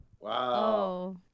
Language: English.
Wow